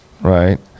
right